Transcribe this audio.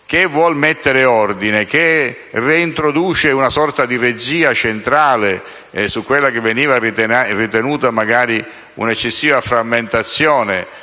che vuole mettere ordine e che reintroduce una sorta di regia centrale su quella che veniva ritenuta un'eccessiva frammentazione,